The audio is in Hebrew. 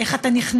איך אתה נכנס,